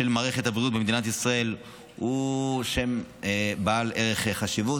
השם של מערכת הבריאות במדינת ישראל הוא שם בעל ערך וחשיבות,